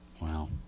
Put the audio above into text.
Wow